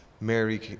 Mary